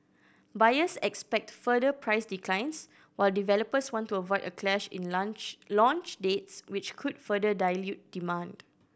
buyers expect further price declines while developers want to avoid a clash in lunch launch dates which could further dilute demand